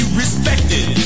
respected